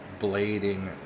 blading